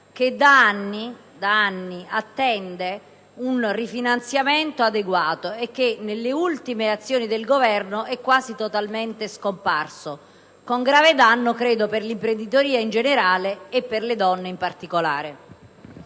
che da anni attende un rifinanziamento adeguato e che nelle ultime azioni del Governo è quasi totalmente scomparso, con grave danno, credo, per l'imprenditoria in generale e per quella femminile in particolare.